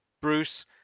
Bruce